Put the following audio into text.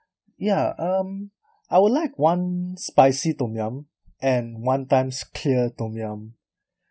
ya um I would like one spicy tom yum and one times clear tom yum